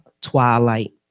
Twilight